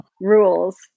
rules